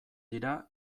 dira